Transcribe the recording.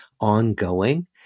ongoing